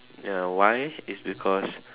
ya why is because